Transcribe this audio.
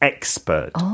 Expert